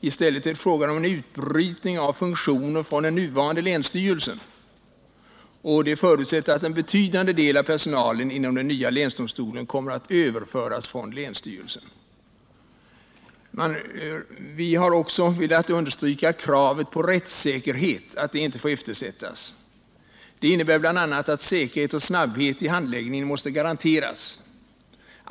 I stället är det fråga om en utbrytning av funktioner från den nuvarande länsstyrelsen, vilket förutsätter att en betydande del av personalen inom den nya länsdomstolen kommer från länsstyrelsen. Jag vill också understryka att kravet på rättssäkerhet inte får eftersättas. Det innebär bl.a. att säkerhet och snabbhet vid handläggningen måste garanteras.